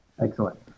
Excellent